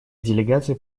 делегация